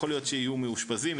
יכול להיות שיהיו מאושפזים,